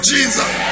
Jesus